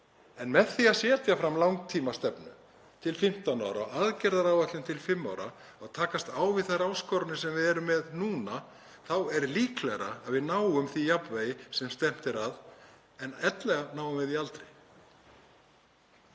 En með því að setja fram langtímastefnu til 15 ára og aðgerðaáætlun til fimm ára til að takast á við þær áskoranir sem við erum með núna þá er líklegra að við náum því jafnvægi sem stefnt er að, en ella náum við því aldrei.